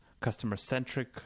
customer-centric